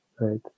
Right